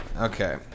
Okay